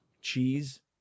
Cheese